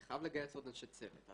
אני חייב לגייס עוד אנשי צוות.